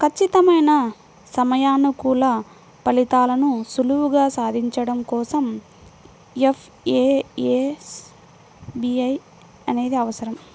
ఖచ్చితమైన సమయానుకూల ఫలితాలను సులువుగా సాధించడం కోసం ఎఫ్ఏఎస్బి అనేది అవసరం